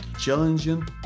challenging